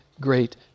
great